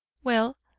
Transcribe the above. well,